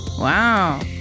wow